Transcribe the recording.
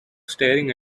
staring